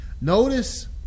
Notice